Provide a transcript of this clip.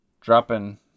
Dropping